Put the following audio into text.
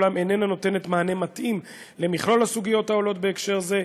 אולם היא איננה נותנת מענה מתאים למכלול הסוגיות העולות בהקשר זה,